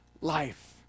life